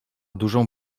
dużą